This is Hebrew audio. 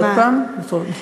עוד פעם?